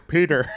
Peter